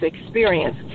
experience